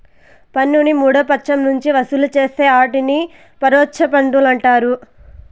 పన్నుని మూడో పచ్చం నుంచి వసూలు చేస్తే ఆటిని పరోచ్ఛ పన్నులంటారు